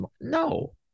no